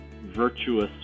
virtuous